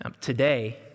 Today